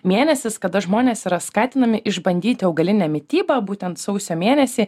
mėnesis kada žmonės yra skatinami išbandyti augalinę mitybą būtent sausio mėnesį